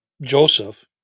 Joseph